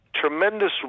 Tremendous